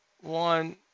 one